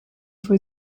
for